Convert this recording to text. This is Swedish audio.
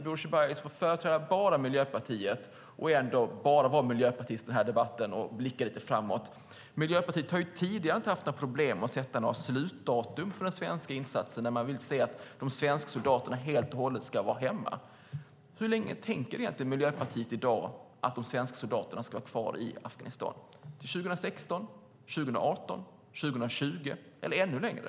Bodil Ceballos får då företräda bara Miljöpartiet och bara vara miljöpartist i den här debatten och blicka lite framåt. Miljöpartiet har tidigare inte haft några problem med att sätta något slutdatum för den svenska insatsen, när man vill se att de svenska soldaterna helt och hållet ska vara hemma. Hur länge tänker egentligen Miljöpartiet i dag att de svenska soldaterna ska vara kvar i Afghanistan? Är det till 2016, 2018, 2020 eller ännu längre?